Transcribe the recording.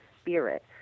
spirit